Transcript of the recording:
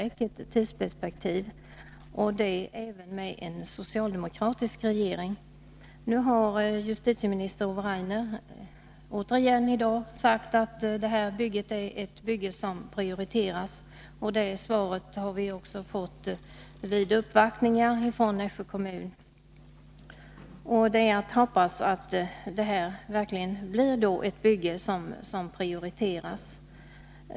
Fru talman! I justitieutskottets betänkande nr 20 behandlas också min motion, nr 313, även den angående nybyggnad av polishus i Nässjö. Jag förmodar att man skall se utskottets skrivning i anledning av motionen som välvillig. Men 1982 förutsattes — precis som nu — att byggnadsarbetena sätts i gång snarast möjligt. ”Snarast möjligt” förefaller vara ett långt och också mycket osäkert tidsperspektiv och det även med en socialdemokratisk regering. Justitieminister Ove Rainer har i dag återigen sagt att detta är ett bygge som skall prioriteras. Det svaret har vi också fått vid uppvaktningar från Nässjö kommun. Det är att hoppas att ett nytt polishus i Nässjö verkligen blir ett bygge som prioriteras.